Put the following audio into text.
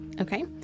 okay